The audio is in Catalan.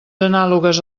anàlogues